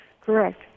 Correct